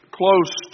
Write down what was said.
close